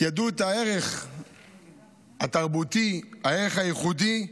ידעו את הערך התרבותי, הערך הייחודי,